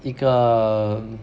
一个